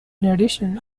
addition